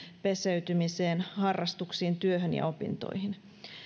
peseytymiseen harrastuksiin työhön ja opintoihin